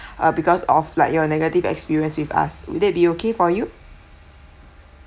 uh because of like your negative experience with us will that be okay for you